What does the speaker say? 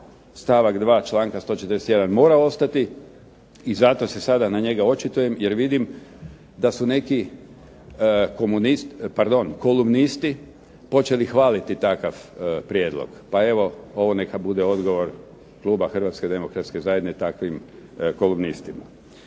stavak 2. članka 141. mora ostati i zato se sada na njega očitujem jer vidim da su neki komunisti, pardon kolumnisti počeli hvaliti takav prijedlog. Pa evo, ovo neka bude odgovor kluba HDZ-a takvim kolumnistima.